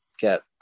get